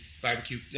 barbecue